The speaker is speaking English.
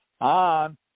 on